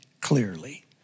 clearly